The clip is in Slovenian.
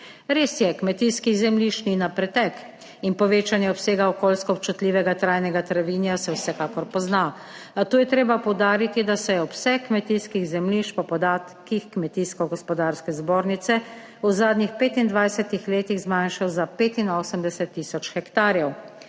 Res je, kmetijskih zemljišč ni na pretek in povečanje obsega okoljsko občutljivega trajnega travinja se vsekakor pozna. Tu je treba poudariti, da se je obseg kmetijskih zemljišč po podatkih Kmetijsko gospodarske zbornice v zadnjih 25. letih zmanjšal za 85 tisoč hektarjev.